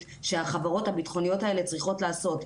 שהחברות הביטחוניות האלה צריכות לעשות.